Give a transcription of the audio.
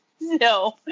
No